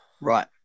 Right